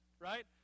right